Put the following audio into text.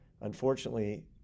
Unfortunately